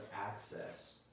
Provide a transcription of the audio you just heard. access